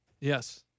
Yes